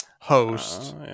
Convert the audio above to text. host